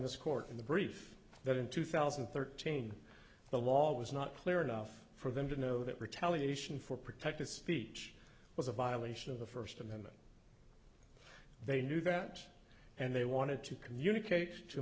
this court in the brief that in two thousand and thirteen the law was not clear enough for them to know that retaliation for protected speech was a violation of the first amendment they knew that and they wanted to communicate to